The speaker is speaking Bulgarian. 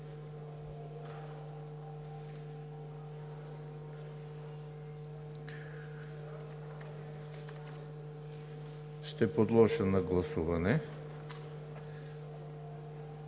Ще подложа на гласуване